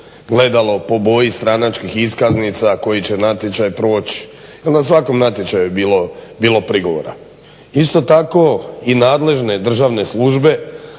gledalo po boji stranačkih iskaznica koji će natječaj proći, jel na svakom natječaju je bilo prigovora. Isto tako i nadležne državne službe